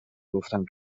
گفتم